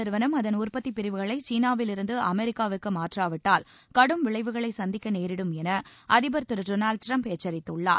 நிறுவனம் அதன் உற்பத்திப் பிரிவுகளை சீனாவிலிருந்து அமெரிக்காவுக்கு ஆப்பிள் மாற்றாவிட்டால் கடும் விளைவுகளை சந்திக்க நேரிடும் என அதிபர் திரு டொளால்ட் ட்ரம்ப் எச்சரித்துள்ளார்